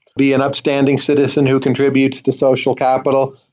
be an upstanding citizen who contributes to social capital.